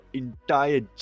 entire